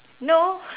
no